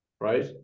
right